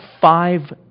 five